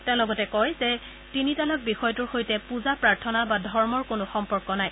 তেওঁ লগতে কয় যে তিনি তালাক বিষয়টোৰ সৈতে পূজা প্ৰাৰ্থনা বা ধৰ্মৰ কোনো সম্পৰ্ক নাই